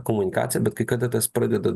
komunikaciją bet kai kada tas pradeda